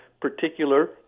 particular